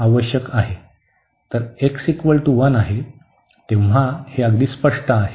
तर x 1 आहे तेव्हा हे अगदी स्पष्ट आहे